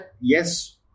yes